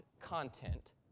content